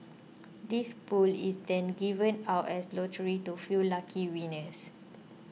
this pool is then given out as lottery to few lucky winners